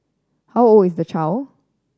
how old is the child